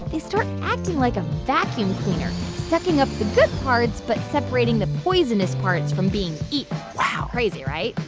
they start acting like a vacuum sucking up the good parts but separating the poisonous parts from being eaten wow crazy, right?